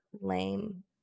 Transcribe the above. Lame